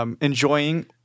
enjoying